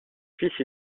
fils